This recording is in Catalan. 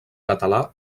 català